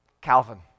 Calvin